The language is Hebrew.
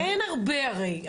אין הרבה הרי,